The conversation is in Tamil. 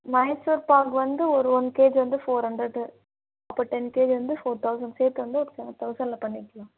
மைசூர்பாக்கு வந்து ஒரு ஒன் கேஜி வந்து ஃபோர் ஹண்ட்ரட் அப்போது டென் கேஜி வந்து ஃபோர் தௌசண்ட் சேர்த்து வந்து ஒரு செவன் தௌசண்ட்ல பண்ணிக்கலாம்